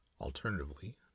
Alternatively